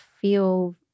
feel